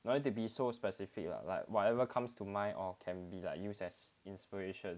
no need to be so specific lah like whatever comes to mind or can be used as inspiration